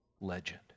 legend